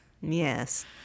Yes